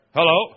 Hello